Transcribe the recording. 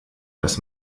dass